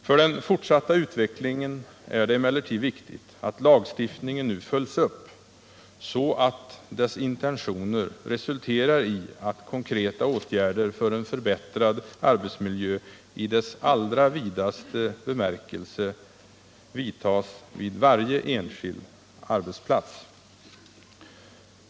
För den fortsatta utvecklingen är det emellertid viktigt att lagstiftningen nu följs upp, så att dess intentioner resulterar i att konkreta åtgärder för en förbättrad arbetsmiljö i dess allra vidaste bemärkelse genomförs vid varje enskild arbetsplats.